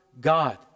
God